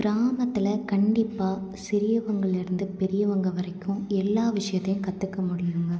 கிராமத்தில் கண்டிப்பாக சிறியவங்கள்லேருந்து பெரியவங்க வரைக்கும் எல்லா விஷயத்தையும் கற்றுக்க முடியுங்க